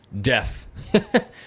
death